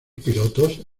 pilotos